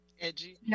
edgy